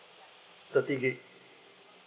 thirty gig